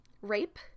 rape